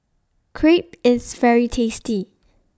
Crepe IS very tasty